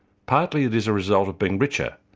partly it is a result of being richer.